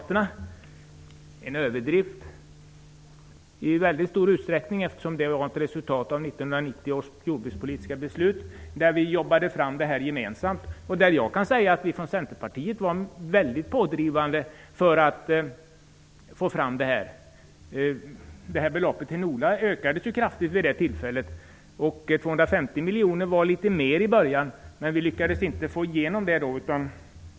Det är en överdrift i väldigt stor utsträckning, eftersom de åtgärderna var resultat av 1990 års jordbrukspolitiska beslut. Vi jobbade fram detta gemensamt, och jag kan säga att vi från Centerpartiet var väldigt pådrivande. Beloppet till NOLA ökades kraftigt vid det tillfället. Vi hade förslag om mer än de 250 miljonerna men lyckades inte få igenom det.